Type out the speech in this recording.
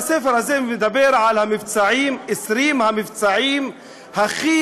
הספר הזה מדבר על 20 המבצעים הכי